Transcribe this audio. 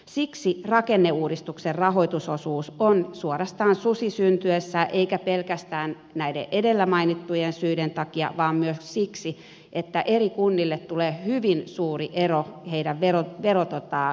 siksi rakenneuudistuksen rahoitusosuus on suorastaan susi syntyessään eikä pelkästään näiden edellä mainittujen syiden takia vaan myös siksi että kuntien välille tulee hyvin suuri ero heidän verojenkeruussaan